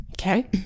Okay